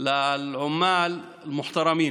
(אומר דברים בשפה הערבית,